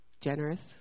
generous